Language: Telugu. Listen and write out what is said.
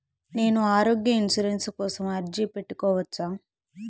నేను ఆరోగ్య ఇన్సూరెన్సు కోసం అర్జీ పెట్టుకోవచ్చా?